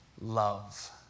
love